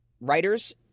Writers